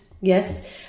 Yes